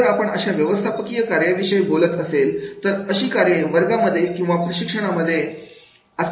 जर आपण अशा व्यवस्थापकीय कार्याविषयी बोलत असेल तर अशी कार्ये वर्गामध्ये किंवा प्रशिक्षणामध्ये असतात